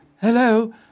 Hello